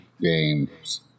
games